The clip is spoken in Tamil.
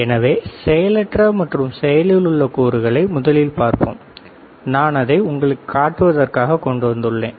எனவே செயலற்ற மற்றும் செயலில் உள்ள கூறுகளை முதலில் பார்ப்போம் நான் அதை உங்களுக்காக காட்டுவதற்காக கொண்டு வந்துள்ளேன்